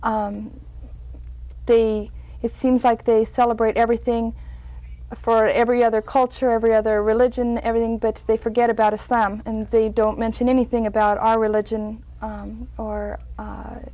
they it seems like they celebrate everything for every other culture every other religion everything but they forget about islam and they don't mention anything about our religion